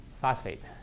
Phosphate